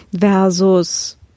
versus